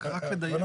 רק לדייק